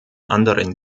anderen